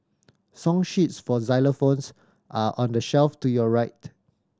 song sheets for xylophones are on the shelf to your right